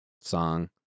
song